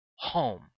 Home